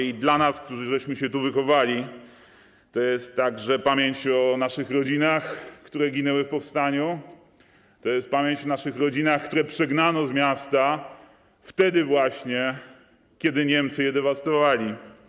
Dla nas, dla tych, którzy się tu wychowali, to jest także pamięć o naszych rodzinach, które ginęły w powstaniu, to jest pamięć o naszych rodzinach, które przegnano z miasta wtedy właśnie, gdy Niemcy je dewastowali.